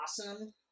awesome